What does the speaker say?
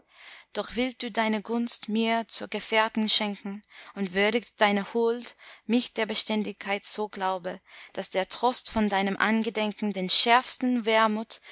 doch willt du deine gunst mir zur gefährtin schenken und würdigt deine huld mich der beständigkeit so glaube daß der trost von deinem angedenken den schärfsten wermut